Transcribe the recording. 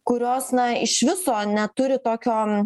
kurios na iš viso neturi tokio